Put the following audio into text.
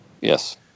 Yes